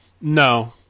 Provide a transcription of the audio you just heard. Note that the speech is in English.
No